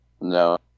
No